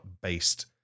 based